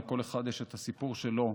לכל אחד יש את הסיפור שלו,